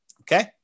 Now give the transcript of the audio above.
Okay